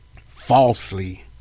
falsely